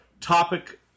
topic